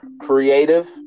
Creative